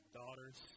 daughters